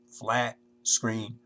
flat-screen